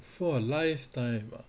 for a lifetime ah